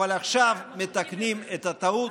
אבל עכשיו מתקנים את הטעות.